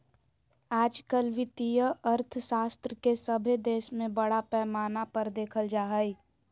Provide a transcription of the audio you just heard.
आजकल वित्तीय अर्थशास्त्र के सभे देश में बड़ा पैमाना पर देखल जा हइ